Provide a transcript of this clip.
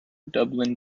dublin